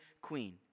queen